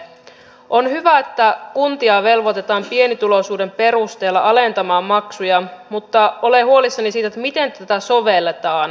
on hyvä että kuntia velvoitetaan pienituloisuuden perusteella alentamaan maksuja mutta olen huolissani siitä miten tätä sovelletaan